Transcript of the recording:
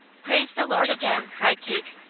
praise the lord again! cried kate.